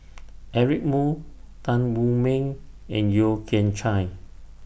Eric Moo Tan Wu Meng and Yeo Kian Chai